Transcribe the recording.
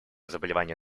заболевания